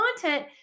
content